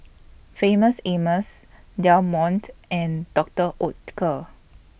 Famous Amos Del Monte and Doctor Oetker